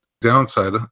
downside